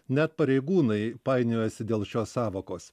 net pareigūnai painiojasi dėl šios sąvokos